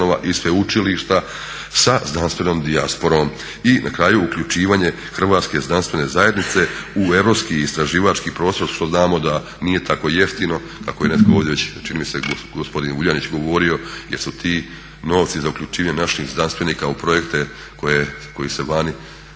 hrvatske znanstvene zajednice u europski istraživački prostor što znamo da nije tako jeftino kako je netko ovdje već čini mi se gospodin Vuljanić govorio jer su ti novci za uključivanje naših znanstvenika u projekte koji su vani